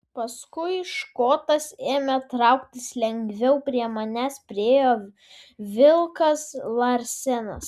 paskui škotas ėmė trauktis lengviau prie manęs priėjo vilkas larsenas